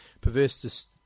perverse